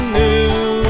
new